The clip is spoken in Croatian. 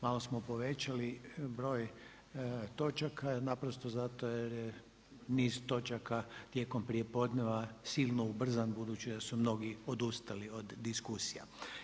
Malo smo povećali broj točaka, naprosto zato jer je niz točaka tijekom prijepodneva silno ubrzan budući da su mnogi odustali od iskusnija.